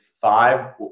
five